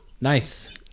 Nice